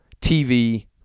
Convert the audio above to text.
TV